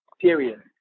Period